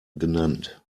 genannt